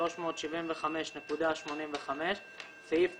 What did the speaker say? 375.85 סעיף 9(א)